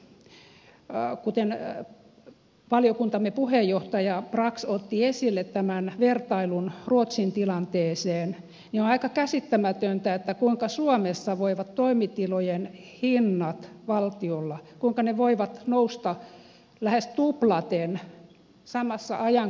kuten valiokuntamme puheenjohtaja brax otti esille tehdessään vertailun ruotsin tilanteeseen on aika käsittämätöntä kuinka suomessa voivat toimitilojen hinnat valtiolla nousta lähes tuplaten verrattuna ruotsiin samana ajankohtana